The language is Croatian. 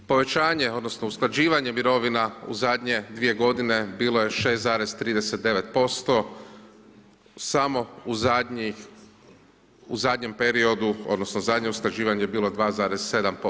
Povećanje, odnosno usklađivanje mirovina u zadnje 2 godine bilo je 6,39% samo u zadnjem periodu, odnosno zadnje usklađivanje je bilo 2,7%